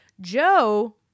Joe